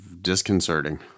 disconcerting